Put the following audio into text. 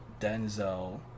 Denzel